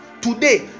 today